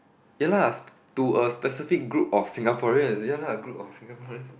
ya lah to a specific group of Singaporean is ya lah group of Singaporeans